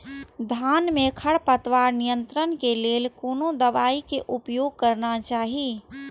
धान में खरपतवार नियंत्रण के लेल कोनो दवाई के उपयोग करना चाही?